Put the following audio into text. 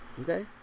Okay